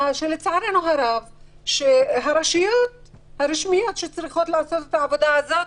שלצערנו הרב הרשויות הרשמיות שצריכות לעשות את העבודה הזאת